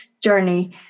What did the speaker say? journey